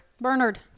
Bernard